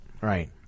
right